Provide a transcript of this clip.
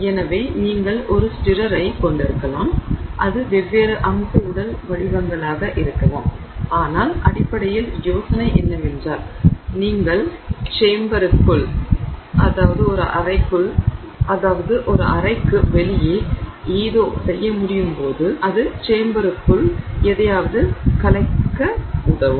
எனவே நீங்கள் ஒரு ஸ்ட்ரைரரைக் கொண்டிருக்கலாம் அது வெவ்வேறு அம்ச உடல் வடிவங்களாக இருக்கலாம் ஆனால் அடிப்படையில் யோசனை என்னவென்றால் நீங்கள் சேம்பர்க்கு வெளியே ஏதோ செய்ய முடியும் போது அது சேம்பர்க்குள் எதையாவது கலக்க stirrer கலக்கி உதவும்